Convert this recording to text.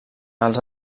els